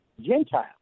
Gentile